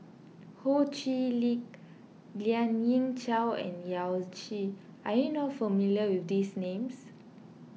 Ho Chee Lick Lien Ying Chow and Yao Zi are you not familiar with these names